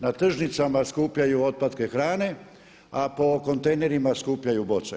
Na tržnicama skupljaju otpatke hrane, a po kontejnerima skupljaju boce.